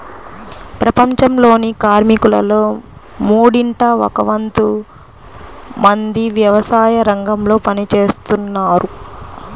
ప్రపంచంలోని కార్మికులలో మూడింట ఒక వంతు మంది వ్యవసాయరంగంలో పని చేస్తున్నారు